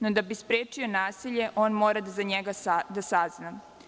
No, da bi sprečio nasilje, on mora da za njega sazna.